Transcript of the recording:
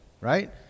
right